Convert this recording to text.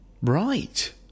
Right